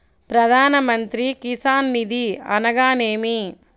ప్రధాన మంత్రి కిసాన్ నిధి అనగా నేమి?